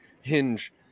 hinge